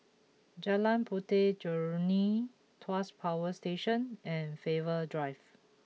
Jalan Puteh Jerneh Tuas Power Station and Faber Drive